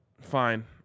Fine